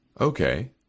Okay